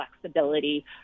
flexibility